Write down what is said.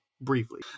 briefly